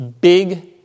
big